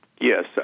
Yes